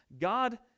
God